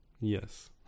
Yes